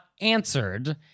answered